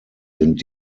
sind